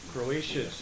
Croatia